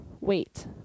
wait